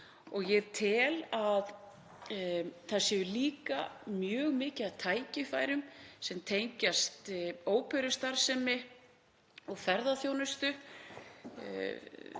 og ég tel að líka sé mjög mikið af tækifærum sem tengjast óperustarfsemi og ferðaþjónustu.